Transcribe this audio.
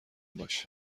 باش